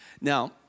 Now